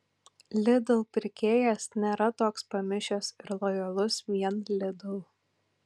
lidl pirkėjas nėra toks pamišęs ir lojalus vien lidl